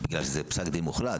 בגלל שזה פסק דין מוחלט,